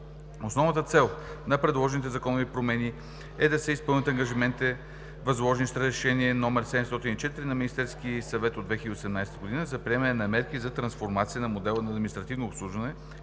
Основната цел на предложените законови промени е да се изпълнят ангажиментите, възложени с Решение № 704 на Министерския съвет от 2018 г. за приемане на мерки за трансформация на модела на административно обслужване,